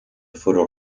foro